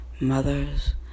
Mothers